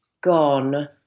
gone